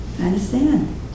understand